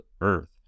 Earth